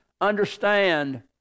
understand